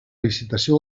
licitació